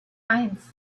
eins